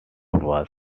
was